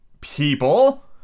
people